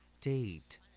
Date